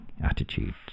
attitude